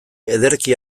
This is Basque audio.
ederki